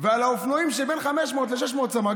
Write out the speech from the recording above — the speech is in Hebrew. ועל האופנועים שבין 500 ל-600 סמ"ק,